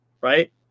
right